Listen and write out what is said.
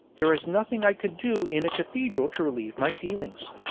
there was nothing i could do in a cathedral to relieve my feelings.